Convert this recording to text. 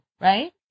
right